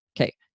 Okay